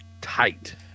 tight